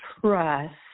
trust